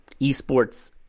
eSports